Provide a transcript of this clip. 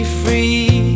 free